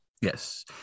Yes